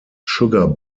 sugar